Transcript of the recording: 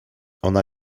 ona